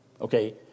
Okay